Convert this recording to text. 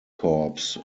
corps